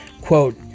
quote